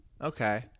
Okay